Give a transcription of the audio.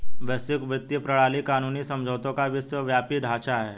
वैश्विक वित्तीय प्रणाली कानूनी समझौतों का विश्वव्यापी ढांचा है